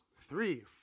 three